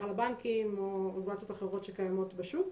על הבנקים או רגולציות אחרות שקיימות בשוק.